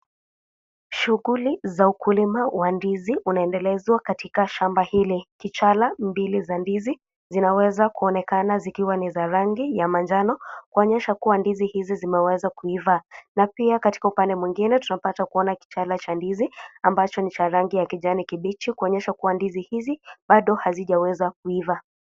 Shughuli za ukulima wa ndizi unaendelezwa katika shamba hili . Kichala mbili za ndizi zinaweza kuonekana zikiwa ni za rangi ya manjano kuonyesha ndizi hizi zimeweza kuiva na pia katika upande mwingine tunapata kuona kichala cha ndizi ambacho ni cha rangi ya kijani kibichi kuonyesha kuwa ndizi hizi bado hazijaweza kuiva.